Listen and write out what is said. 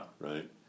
Right